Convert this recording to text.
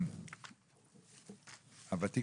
בהתאם